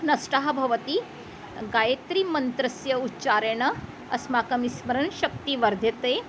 नष्टः भवति गायत्रीमन्त्रस्य उच्चारेण अस्माकम् स्मरणशक्तिः वर्ध्यते